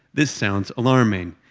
this sounds alarming,